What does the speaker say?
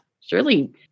Surely